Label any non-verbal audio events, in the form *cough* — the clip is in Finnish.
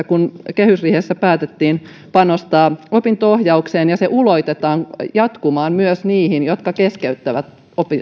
*unintelligible* kun kehysriihessä päätettiin panostaa opinto ohjaukseen ja se ulotetaan jatkumaan myös niihin jotka keskeyttävät